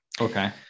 okay